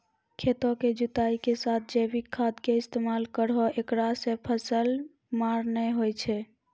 खेतों के जुताई के साथ जैविक खाद के इस्तेमाल करहो ऐकरा से फसल मार नैय होय छै?